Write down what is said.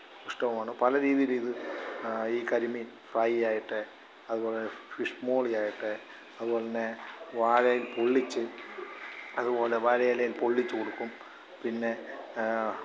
ഇഷ്ടവുമാണ് പല രീതിയിലിത് ഈ കരിമീൻ ഫ്രൈയായിട്ട് അതുപോലെ ഫിഷ്മോളിയായിട്ട് അതുപോലെ തന്നെ വാഴേൽ പൊള്ളിച്ച് അതുപോലെ വാഴയിലേൽ പൊള്ളിച്ച് കൊടുക്കും പിന്നെ